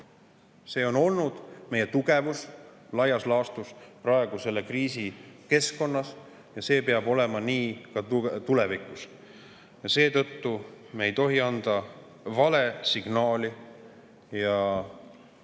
See on olnud meie tugevus laias laastus praegu selle kriisi keskkonnas ja see peab olema nii ka tulevikus. Seetõttu me ei tohi anda valesignaali.